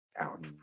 out